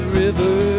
river